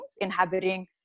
inhabiting